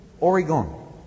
Oregon